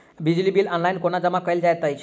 बिजली bill online कोना जमा कएल जाइत अछि?